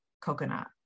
coconut